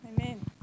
Amen